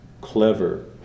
clever